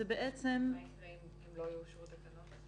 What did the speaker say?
מה יקרה אם לא יאושרו התקנות?